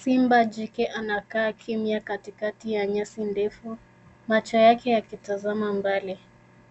Simba jike anakaa kimya katikati ya nyasi ndefu macho yake yakitazama mbali.